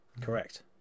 Correct